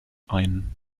ein